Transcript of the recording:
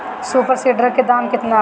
Super seeder के दाम केतना ह?